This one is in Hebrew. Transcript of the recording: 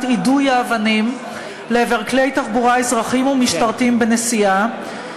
יידוי האבנים לעבר כלי תחבורה אזרחיים ומשטרתיים בנסיעה,